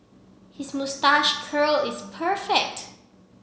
his moustache curl is perfect